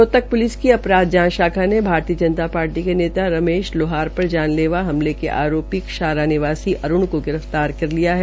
Rohtak police की अपराध जांच शाखा ने भारतीय जनता पार्टी के नेता रमेश लोहार पर जानलेवा हमले के आरोपी आरा निवासी अरूण को गिरफ्तार कर लिया है